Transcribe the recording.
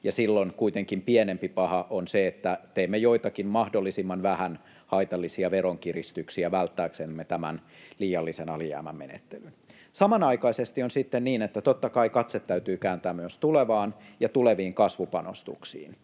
silloin kuitenkin pienempi paha on se, että teemme joitakin mahdollisimman vähän haitallisia veronkiristyksiä välttääksemme tämän liiallisen alijäämän menettelyyn. Samanaikaisesti on sitten niin, että totta kai katse täytyy kääntää myös tulevaan ja tuleviin kasvupanostuksiin,